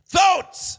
Thoughts